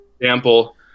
example